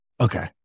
Okay